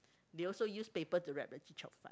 they also use paper to wrap the the chee cheong fun